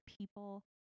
people